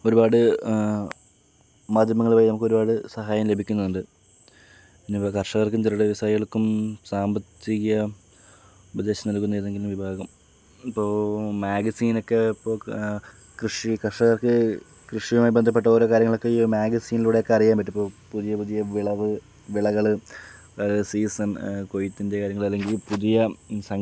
ഒരുപാട് മാധ്യമങ്ങൾ വഴി നമുക്കൊരുപാട് സഹായം ലഭിക്കുന്നുണ്ട് പിന്നെ ഇപ്പോൾ കർഷകർക്കും ചെറുകിട വ്യവസായികൾക്കും സാമ്പത്തിക ഉപദേശം നൽകുന്ന ഏതെങ്കിലും വിഭാഗം ഇപ്പോൾ മാഗസീൻ ഒക്കെ ഇപ്പോൾ കൃഷി കർഷകർക്ക് കൃഷിയുമായി ബന്ധപ്പെട്ട ഓരോ കാര്യങ്ങളൊക്കെ ഈ മാഗസീനിലൂടെയൊക്കെ അറിയാൻ പറ്റും പുതിയ പുതിയ വിളവ് വിളകൾ സീസൺ കൊയ്ത്തിന്റെ കാര്യങ്ങൾ അല്ലെങ്കിൽ പുതിയ സങ്കരയിനം വിത്തുകൾ